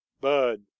bud